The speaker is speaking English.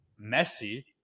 Messi –